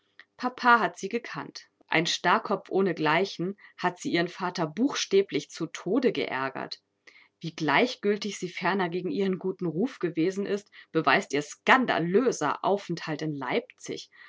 papa hat sie gekannt ein starrkopf ohnegleichen hat sie ihren vater buchstäblich zu tode geärgert wie gleichgültig sie ferner gegen ihren guten ruf gewesen ist beweist ihr skandalöser aufenthalt in leipzig